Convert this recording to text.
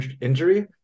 injury